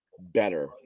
better